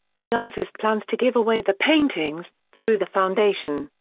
the artist plans to give away the paintings, through the foundation,